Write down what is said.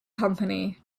company